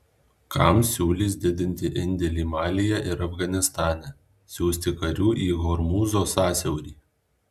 kam siūlys didinti indėlį malyje ir afganistane siųsti karių į hormūzo sąsiaurį